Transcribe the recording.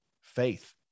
faith